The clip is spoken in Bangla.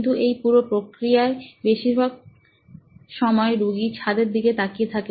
কিন্তু এই পুরো প্রক্রিয়ায় বেশিরভাগ সময় রুগী ছাদের দিকেই তাকিয়ে থাকে